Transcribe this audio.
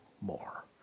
more